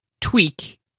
tweak